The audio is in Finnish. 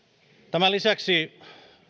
tämän lisäksi